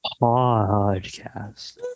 podcast